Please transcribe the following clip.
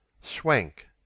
swank